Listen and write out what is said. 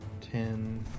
ten